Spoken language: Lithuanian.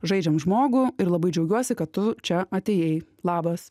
žaidžiam žmogų ir labai džiaugiuosi kad tu čia atėjai labas